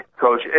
Coach